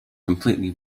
completely